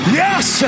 yes